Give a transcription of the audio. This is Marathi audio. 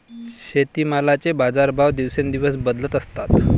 शेतीमालाचे बाजारभाव दिवसेंदिवस बदलत असतात